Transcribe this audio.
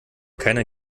keiner